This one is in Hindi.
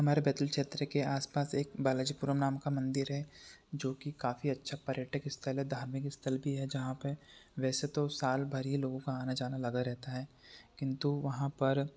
हमारे बैतुल क्षेत्र आस पास एक बालाजीपुरम नाम का एक मंदिर है जो की काफी अच्छा पर्यटक स्थल है धार्मिक स्थल है भी जहाँ पे वैसे तो साल भर ही लोगों का आना जाना लगा रहता है किंतु वहाँ पर